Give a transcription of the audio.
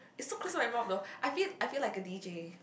it's so close to my mouth though I feel I feel like a D_J